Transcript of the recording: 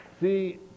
see